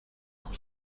pour